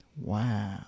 wow